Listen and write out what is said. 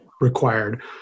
required